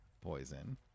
poison